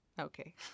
Okay